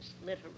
literary